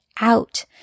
out